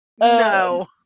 No